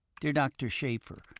dear dr. schaefer,